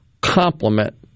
complement